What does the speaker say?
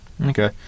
Okay